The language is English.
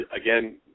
Again